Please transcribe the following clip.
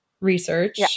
research